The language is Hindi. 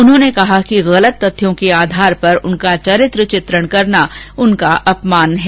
उन्होंने कहा कि गलत तथ्यों के आधार पर उनका चरित्र चित्रण करना उनका अपमान है